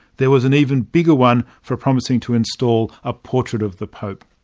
there was an even bigger one for promising to install a portrait of the pope!